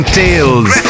tales